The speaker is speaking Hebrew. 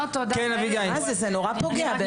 זה נורא פוגע.